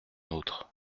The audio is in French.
autre